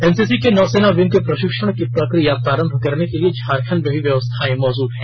NCC के नौसेना wing के प्रशिक्षण की प्रक्रिया प्रारंभ करने के लिए झारखण्ड में भी व्यवस्थाएं मौजूद हैं